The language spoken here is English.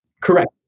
Correct